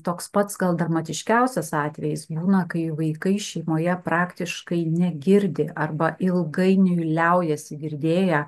toks pats gal dramatiškiausias atvejis būna kai vaikai šeimoje praktiškai negirdi arba ilgainiui liaujasi girdėję